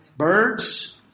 Birds